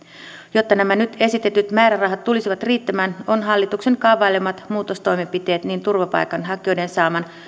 jotta nämä nyt esitetyt määrärahat tulisivat riittämään ovat hallituksen kaavailemat muutostoimenpiteet niin turvapaikanhakijoiden saaman